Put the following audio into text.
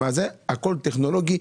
הם אומרים שהכול טכנולוגי,